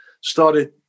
started